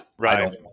right